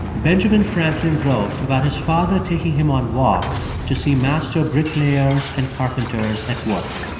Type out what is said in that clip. benjamin franklin wrote about his father taking him on walks to see master bricklayers and carpenters at work.